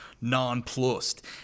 nonplussed